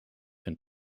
hun